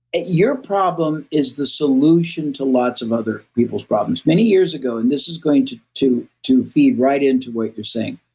your problem is the solution to lots of other people's problems. many years ago, and this is going to to feed right into what you're saying,